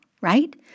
right